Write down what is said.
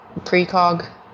precog